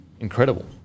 Incredible